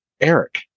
Eric